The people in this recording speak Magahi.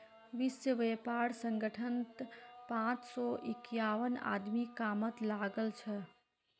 विश्व व्यापार संगठनत पांच सौ इक्यावन आदमी कामत लागल छ